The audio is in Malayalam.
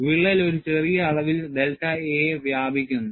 വിള്ളൽ ഒരു ചെറിയ അളവിൽ ഡെൽറ്റ a വ്യാപിക്കുന്നു